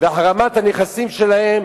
והחרמת הנכסים שלהם,